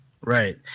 Right